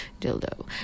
dildo